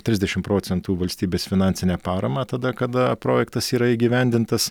trisdešim procentų valstybės finansinę paramą tada kada projektas yra įgyvendintas